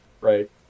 right